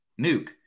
Nuke